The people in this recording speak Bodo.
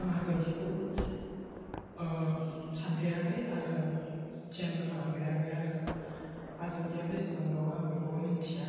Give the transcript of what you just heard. आं हाथरखिखौ सानफेराखै आरो ध्यानबो खालामफेराखै आरो हाथरखिया बिसिबां दं आं बिखौबो मिथिया